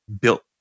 built